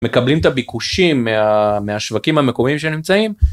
מקבלים את הביקושים מהשווקים המקומיים שנמצאים